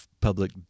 public